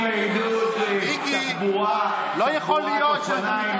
הצעת חוק לעידוד תחבורת אופניים,